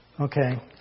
Okay